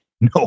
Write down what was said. No